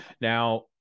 Now